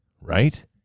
Right